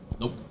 Nope